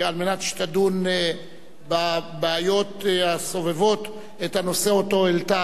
כדי שתדון בבעיות הסובבות את הנושא שהעלתה